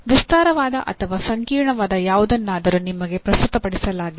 ವಿಸ್ತಾರವಾದ ಅಥವಾ ಸಂಕೀರ್ಣವಾದ ಯಾವುದನ್ನಾದರೂ ನಿಮಗೆ ಪ್ರಸ್ತುತಪಡಿಸಲಾಗಿದೆ